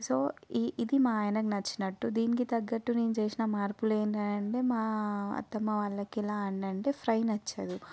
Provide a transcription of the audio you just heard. so ఇది మా ఆయనకు నచ్చినట్టు దీనికి తగ్గట్టు నేను చేసిన మార్పులు ఏంటంటే మా అత్తమ్మ వాళ్ళకి ఎలా అని అంటే ఫ్రై నచ్చదు